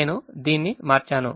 నేను దీన్ని మార్చాను